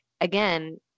again